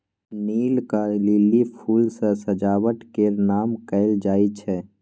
नीलका lily फुल सँ सजावट केर काम कएल जाई छै